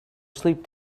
sleep